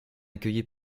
accueilli